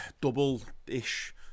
double-ish